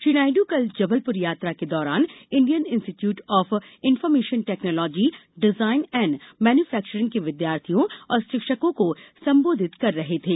श्री नायड् कल जबलपुर यात्रा के दौरान Indian Institute of Information Technology Design and Manufacturing के विद्यार्थियों और शिक्षकों को संबोधित कर रहे थे